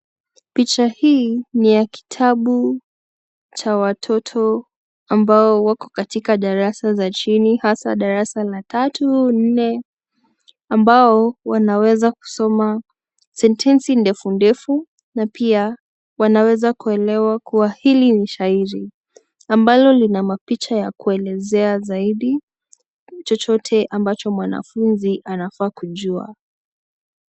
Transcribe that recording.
Picha hii ni ya kitabu za watoto ambao wako katika darasa za chini, hasa darasa la tatu, nne ambao wanaweza kusoma sentensi ndefundefu na pia wanaweza kuelewa kuwa hili ni shairi ambalo lina mapicha ya kuelezea zaidi chochote ambacho mwanafunzi anafaa kujua.